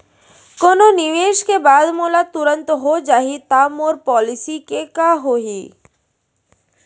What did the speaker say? कोनो निवेश के बाद मोला तुरंत हो जाही ता मोर पॉलिसी के का होही?